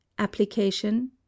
Application